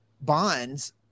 Bonds